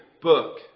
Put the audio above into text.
book